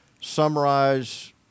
summarize